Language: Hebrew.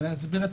ואני אסביר,